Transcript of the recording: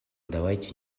давайте